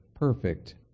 perfect